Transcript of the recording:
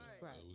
Right